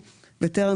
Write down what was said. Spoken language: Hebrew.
כן.